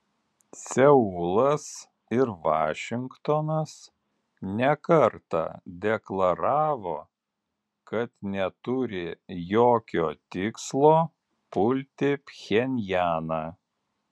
seulas ir vašingtonas ne kartą deklaravo kad neturi jokio tikslo pulti pchenjaną